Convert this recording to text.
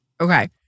Okay